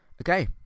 Okay